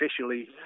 officially